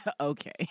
Okay